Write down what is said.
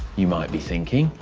you might be thinking,